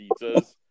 pizzas